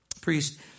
priest